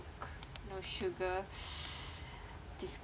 coke no sugar